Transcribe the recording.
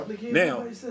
Now